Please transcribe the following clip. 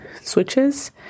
switches